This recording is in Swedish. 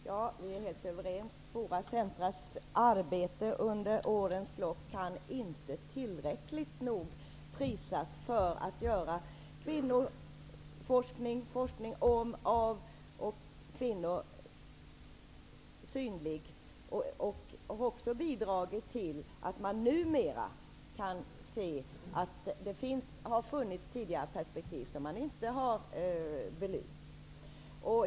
Herr talman! Jag är helt överens med Ewa Hedkvist Petersen: Kvinnoforums/-centrums arbete under årens lopp när det gäller att göra kvinnoforskning synlig kan inte tillräckligt nog prisas. De har bidragit till att man numera kan se att det tidigare funnits perspektiv som inte har belysts.